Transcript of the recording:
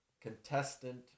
contestant